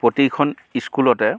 প্ৰতিখন ইস্কুলতে